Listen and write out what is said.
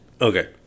Okay